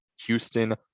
Houston